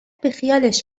بیخیالش